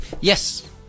yes